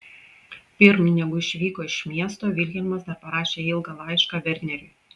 pirm negu išvyko iš miesto vilhelmas dar parašė ilgą laišką verneriui